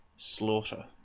Slaughter